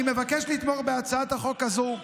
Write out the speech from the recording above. אני מבקש לתמוך בהצעת החוק הזאת,